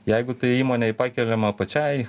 jeigu tai įmonei pakeliama pačiai